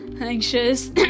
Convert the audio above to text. anxious